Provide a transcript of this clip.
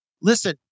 Listen